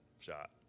shot